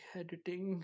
editing